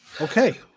Okay